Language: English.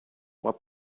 what